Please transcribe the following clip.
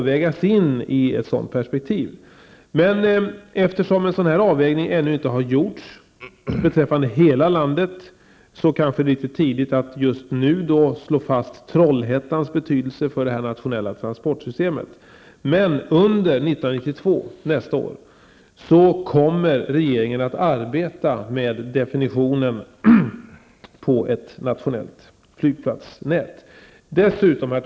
Men eftersom en avvägning ännu inte har gjorts beträffande hela landet är det litet tidigt att just nu slå fast Trollhättans betydelse för det nationella transportsystemet. Under 1992 kommer regeringen att arbeta med definitionen av ett nationellt flygplatsnät. Herr talman!